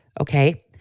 okay